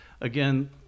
Again